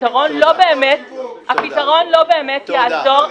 והפתרון לא באמת יעזור,